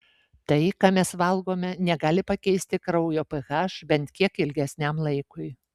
tai ką mes valgome negali pakeisti kraujo ph bent kiek ilgesniam laikui